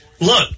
Look